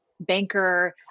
banker